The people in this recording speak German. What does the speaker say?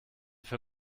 für